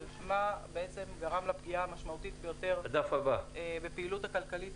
בשאלה מה גרם לפגיעה המשמעותית בפעילות הכלכלית של התעשייה.